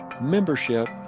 membership